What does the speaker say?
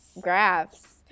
graphs